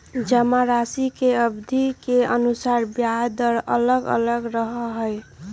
जमाराशि के अवधि के अनुसार ब्याज दर अलग अलग रहा हई